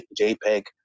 JPEG